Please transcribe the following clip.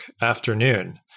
afternoon